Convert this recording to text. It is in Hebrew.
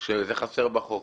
שזה חסר בחוק.